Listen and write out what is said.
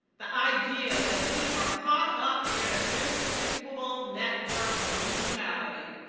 the idea that we are caught up in an inescapable network of mutuality,